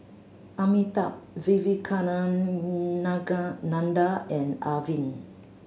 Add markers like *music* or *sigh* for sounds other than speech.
Amitabh *unintelligible* and Arvind